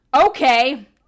okay